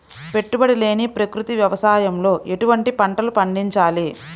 పెట్టుబడి లేని ప్రకృతి వ్యవసాయంలో ఎటువంటి పంటలు పండించాలి?